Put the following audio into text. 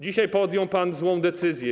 Dzisiaj podjął pan złą decyzję.